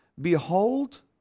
Behold